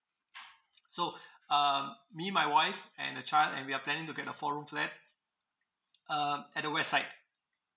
so um me my wife and a child and we are planning to get the four room flat uh at the west side